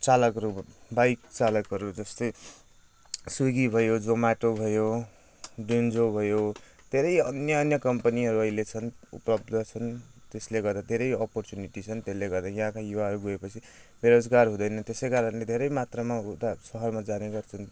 चालकहरू बाइक चालकहरू जस्तै स्विगी भयो जोमाटो भयो बेन्जो भयो धेरै अन्य अन्य कम्पनीहरू अहिले छन् उपलब्द छन् त्यसले गर्दा धेरै अपर्च्युनिटी छन् त्यसले गर्दा यहाँका युवाहरू गएपछि बेरोजगार हुँदैनन् त्यसै कारणले धेरै मात्रामा उता सहरमा जाने गर्छन्